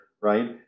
right